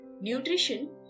nutrition